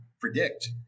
predict